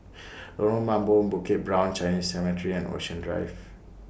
Lorong Mambong Bukit Brown Chinese Cemetery and Ocean Drive